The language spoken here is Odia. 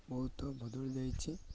ବହୁତ ବଦଳି ଯାଇଛି